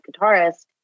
guitarist